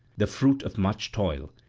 the fruit of much toil,